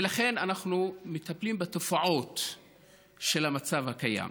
ולכן אנחנו מטפלים בתופעות של המצב הקיים.